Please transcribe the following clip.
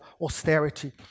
austerity